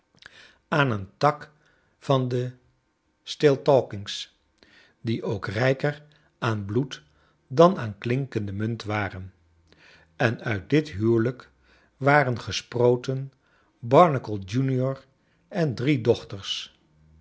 aan charles dickens een tak van de s tilta lkings die ook rijker aan bloed dan aan klinkende munt waren en uit dit huwelijk waren gesproten barnacle junior en drie doohters